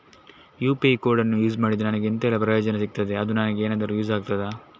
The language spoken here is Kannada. ಯು.ಪಿ.ಐ ಕೋಡನ್ನು ಯೂಸ್ ಮಾಡಿದ್ರೆ ನನಗೆ ಎಂಥೆಲ್ಲಾ ಪ್ರಯೋಜನ ಸಿಗ್ತದೆ, ಅದು ನನಗೆ ಎನಾದರೂ ಯೂಸ್ ಆಗ್ತದಾ?